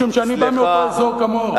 משום שאני בא מאותו אזור כמוך.